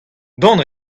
dont